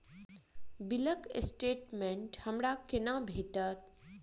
बिलक स्टेटमेंट हमरा केना भेटत?